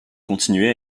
continuer